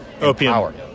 Opium